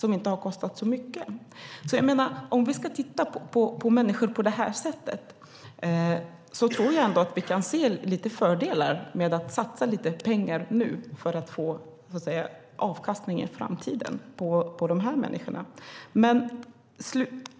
Om vi ska se på människor på det här sättet kan vi nog se fördelar med att satsa pengar nu och få avkastning i framtiden.